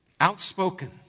outspoken